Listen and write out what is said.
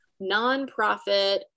nonprofit